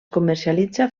comercialitza